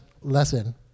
lesson